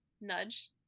nudge